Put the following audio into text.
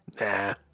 Nah